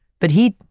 but he,